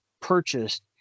purchased